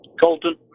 Colton